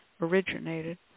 originated